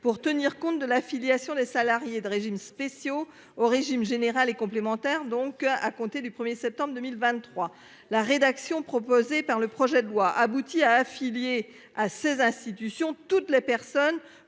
pour tenir compte de la filiation des salariés de régimes spéciaux au régime général et complémentaire donc à compter du 1er septembre 2023, la rédaction proposée par le projet de loi aboutit à affiliés à ces institutions, toutes les personnes